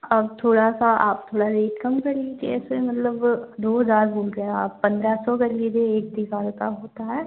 अब थोड़ा सा आप थोड़ा रेट कम कर लीजिए जैसे मतलब दो हज़ार हो गए आप पन्द्रह सौ कर लीजिए एक दीवार का होता है